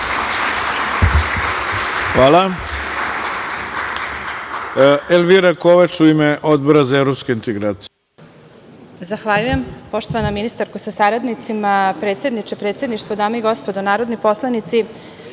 Hvala. Elvira Kovač, u ime Odbora za evropske integracije.